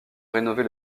rénovée